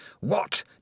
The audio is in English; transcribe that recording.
What